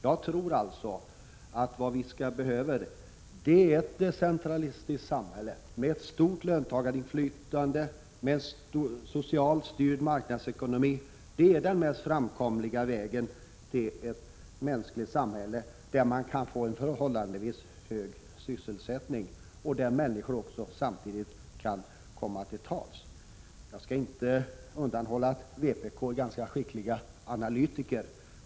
Jag tror alltså att vad vi behöver är ett decentralistiskt samhälle med ett stort löntagarinflytande, med en socialt styrd marknadsekonomi. Det är den mest framkomliga vägen till ett mänskligt samhälle, där man kan få en förhållandevis hög sysselsättning och där människor samtidigt kan komma till tals. Jag skall inte frånkänna vpk ganska skickliga analytiker.